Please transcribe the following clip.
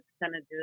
percentages